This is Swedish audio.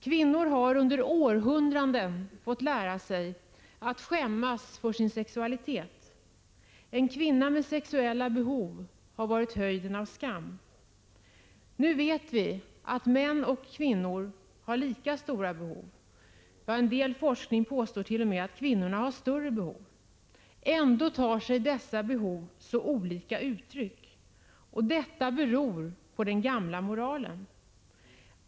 Kvinnor har under århundraden fått lära sig att skämmas för sin sexualitet. En kvinna med sexuella behov har varit höjden av skam. Nu vet vi att män och kvinnor har lika stora behov. En del forskare påstår t.o.m. att kvinnorna har större behov. Ändå tar sig detta behov så olika uttryck. Det beror på den gamla moralen.